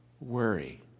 worry